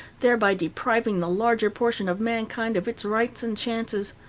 thereby depriving the larger portion of mankind of its rights and chances.